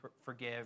forgive